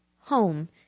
home